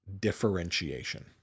differentiation